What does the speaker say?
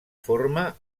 forma